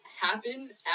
happen